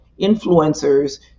influencers